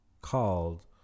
Called